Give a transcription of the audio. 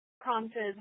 prompted